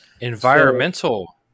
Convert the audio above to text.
Environmental